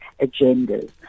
agendas